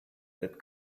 that